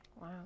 Wow